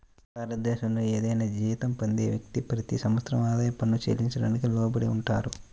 భారతదేశంలోని ఏదైనా జీతం పొందే వ్యక్తి, ప్రతి సంవత్సరం ఆదాయ పన్ను చెల్లించడానికి లోబడి ఉంటారు